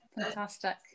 fantastic